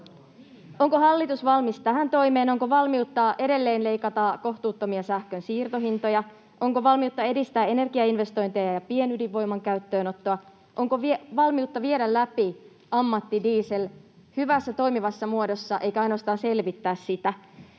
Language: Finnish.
Onko hallitus valmis tähän toimeen? Onko valmiutta edelleen leikata kohtuuttomia sähkön siirtohintoja? Onko valmiutta edistää energiainvestointeja ja pienydinvoiman käyttöönottoa? Onko valmiutta viedä läpi ammattidiesel hyvässä, toimivassa muodossa eikä ainoastaan selvittää sitä?